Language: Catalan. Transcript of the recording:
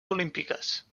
olímpiques